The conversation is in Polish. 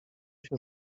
się